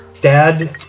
Dad